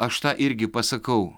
aš tą irgi pasakau